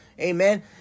Amen